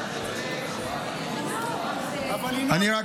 אני רק